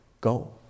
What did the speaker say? go